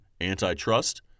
antitrust